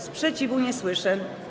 Sprzeciwu nie słyszę.